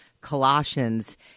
Colossians